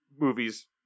movie's